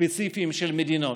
ספציפיים של מדינות,